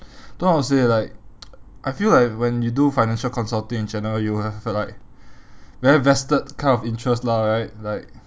don't know how to say like I feel like when you do financial consulting in general you will like very vested kind of interest lah right like